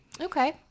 Okay